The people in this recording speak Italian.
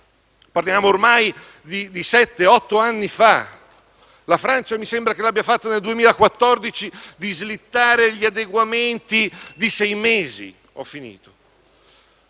parliamo ormai di sette-otto anni fa. La Francia mi sembra che l'abbia fatto nel 2014 facendo slittare gli adeguamenti di sei mesi. Ebbene,